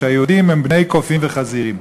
הם בני קופים וחזירים.